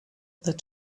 that